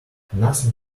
nothing